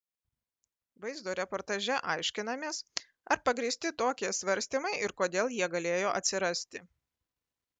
vaizdo reportaže aiškinamės ar pagrįsti tokie svarstymai ir kodėl jie galėjo atsirasti